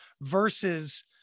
versus